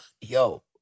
yo